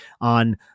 on